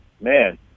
man